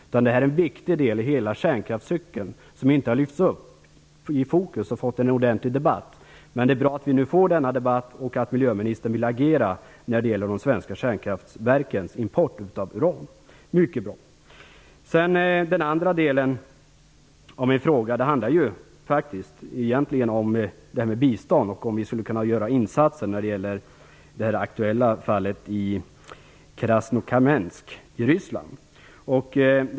Detta är en viktig del i hela kärnkraftscykeln som inte har lyfts upp i fokus med en ordentlig debatt. Det är bra att det nu blir en ordentlig debatt och att miljöministern vill agera när det gäller de svenska kärnkraftverkens import av uran. Det är mycket bra! Den andra delen av min fråga gällde bistånd och om vi kan göra insatser i det aktuella fallet i Krasnokamsk i Ryssland.